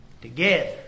together